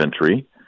entry